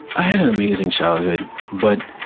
i had an amazing childhood. but,